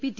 P T